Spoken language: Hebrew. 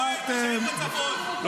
למה אתה מתעלם ממנה, רק כי היא אישה?